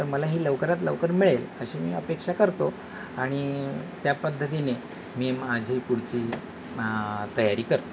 तर मला ही लवकरात लवकर मिळेल अशी मी अपेक्षा करतो आणि त्या पद्धतीने मी माझी पुढची तयारी करतो